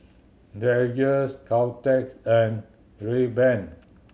Dreyers Caltex and Rayban